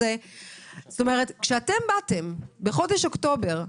כשאתם באתם בחודש אוקטובר,